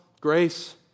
grace